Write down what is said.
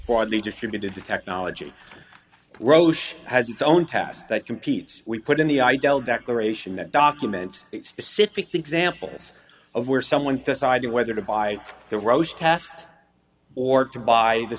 widely distributed the technology roche has its own test that competes we put in the idel declaration that documents specific examples of where someone's deciding whether to buy the roche cast or to buy the